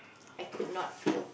I could not fail